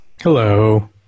Hello